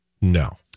No